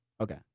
Okay